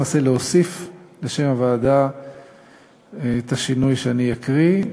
למעשה להוסיף לשם הוועדה את השינוי כפי שאני אקריא,